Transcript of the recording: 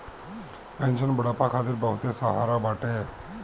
pension बुढ़ापा खातिर बहुते सहारा बाटे